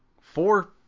four